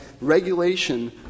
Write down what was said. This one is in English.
regulation